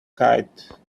kite